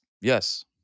Yes